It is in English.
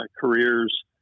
careers